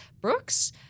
Brooks